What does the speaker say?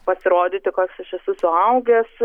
pasirodyti koks aš esu suaugęs